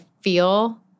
feel